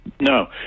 no